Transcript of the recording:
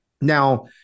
Now